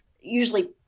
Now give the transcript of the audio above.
usually